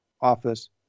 office